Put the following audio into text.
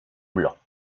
blancs